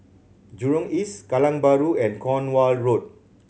Jurong East Kallang Bahru and Cornwall Road